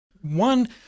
One